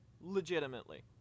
Legitimately